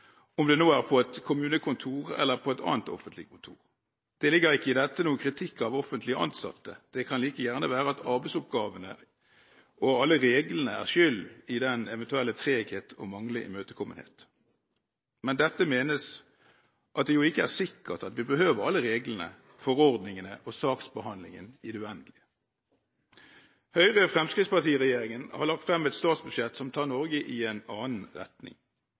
om det nå er på et kommunekontor eller på et annet offentlig kontor. Det ligger ikke i dette noen kritikk av offentlig ansatte, det kan like gjerne være at arbeidsoppgavene og alle reglene er skyld i den eventuelle treghet og manglende imøtekommenhet. Med dette menes at det jo ikke er sikkert at vi behøver alle reglene og forordningene og saksbehandlingen i det uendelige. Høyre–Fremskrittsparti-regjeringen har lagt frem et statsbudsjett som tar Norge i en annen retning.